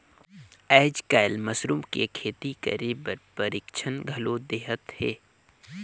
आयज कायल मसरूम के खेती करे बर परिक्छन घलो देहत हे